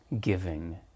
giving